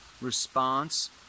response